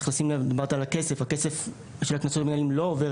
דיברת על הכסף הכסף של הקנסות המינהליים לא עובר